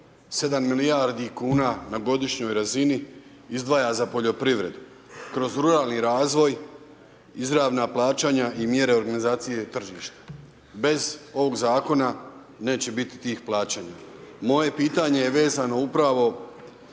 7 milijardi kuna na godišnjoj razini izdvaja za poljoprivredu kroz ruralni razvoj, izravna plaćanja i mjere organizacije tržišta, bez ovog zakona neće biti tih plaćanja. Moje pitanje je vezano upravo